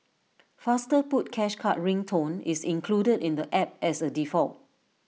faster put cash card ring tone is included in the app as A default